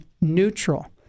neutral